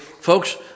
Folks